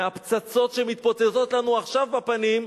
מהפצצות שמתפוצצות לנו עכשיו בפנים,